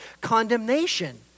condemnation